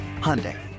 Hyundai